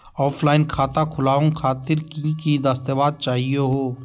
Offline खाता खोलहु खातिर की की दस्तावेज चाहीयो हो?